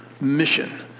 mission